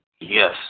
Yes